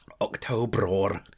October